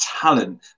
talent